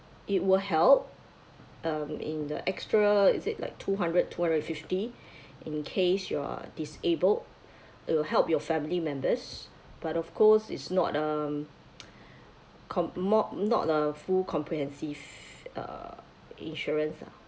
it will help um in the extra is it like two hundred two hundred and fifty in case you're disabled it'll help your family members but of course is not um com~ more not a full comprehensive uh insurance ah